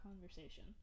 conversation